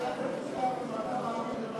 השר חבר הכנסת מיקי לוי,